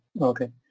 okay